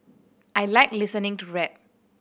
I like listening to rap